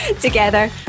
Together